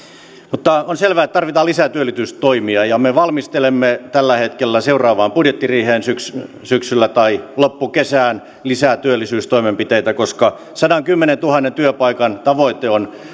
mutta on selvää että tarvitaan lisää työllisyystoimia ja me valmistelemme tällä hetkellä seuraavaan budjettiriiheen syksyllä tai loppukesään lisää työllisyystoimenpiteitä koska sadankymmenentuhannen työpaikan tavoite on hallitukselle